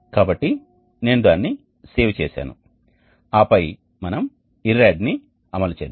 కాబట్టి నేను దానిని సేవ్ చేసాను ఆపై మనం IRRAD ని అమలు చేద్దాం